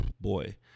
boy